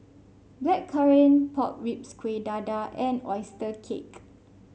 Blackcurrant Pork Ribs Kueh Dadar and oyster cake